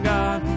God